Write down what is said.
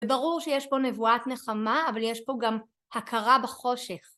וברור שיש פה נבואת נחמה, אבל יש פה גם הכרה בחושך.